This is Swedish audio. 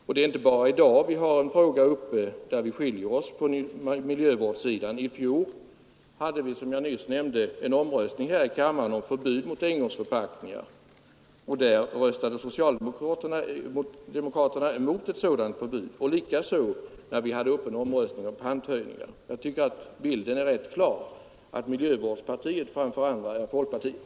Och det är inte bara i dag vi har en fråga uppe där vi skiljer oss på miljövårdssidan. I fjol hade vi, som jag nyss nämnde, en omröstning här i kammaren om förbud mot engångsförpackningar. Socialdemokraterna röstade emot ett sådan förbud, och likadant gjorde de när vi hade en omröstning om panthöjningar. Jag tycker att bilden är rätt klar: miljövårdspartiet framför andra är folkpartiet.